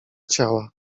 ciała